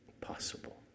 possible